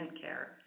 care